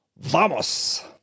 Vamos